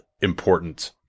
important